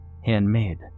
handmade